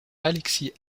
alexis